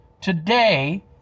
today